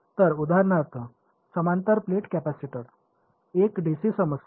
तर उदाहरणार्थ समांतर प्लेट कॅपेसिटर एक डीसी समस्या